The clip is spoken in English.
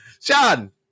Sean